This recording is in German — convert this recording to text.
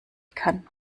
kann